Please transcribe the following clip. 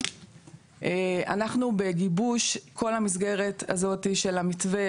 אנחנו בגיבוש כל המסגרת הזאת של המתווה